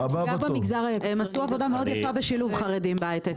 הם בהיי-טק עשו עבודה מאוד יפה בשילוב חרדים,